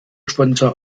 sponsor